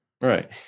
Right